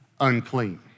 unclean